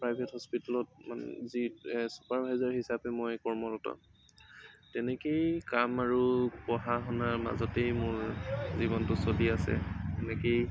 private হস্পিটেলত ম supervisor হিচাপে মই কৰ্মৰত তেনেকেই কাম আৰু পঢ়া শুনাৰ মাজতেই মোৰ জীৱনটো চলি আছে এনেকেই